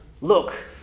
look